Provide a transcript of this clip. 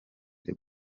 the